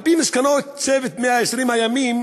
על-פי מסקנות צוות 120 הימים